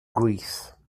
greece